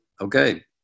okay